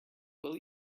will